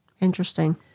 Interesting